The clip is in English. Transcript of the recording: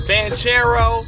Banchero